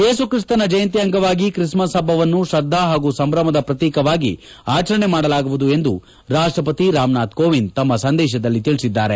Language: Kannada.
ಯೇಸುಕ್ತಿಸ್ತನ ಜಯಂತಿ ಅಂಗವಾಗಿ ಕ್ರಿಸ್ಮಸ್ ಪಟ್ಟವನ್ನು ಶ್ರದ್ಧ ಪಾಗೂ ಸಂಭ್ರಮದ ಪ್ರತೀಕವಾಗಿ ಆಚರಣೆ ಮಾಡಲಾಗುವುದು ಎಂದು ರಾಷ್ಟವತಿ ರಾಮನಾಥ್ ಕೋವಿಂದ್ ಸಂದೇತದಲ್ಲಿ ತಿಳಿಸಿದ್ದಾರೆ